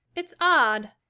it's odd,